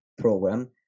program